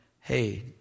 hey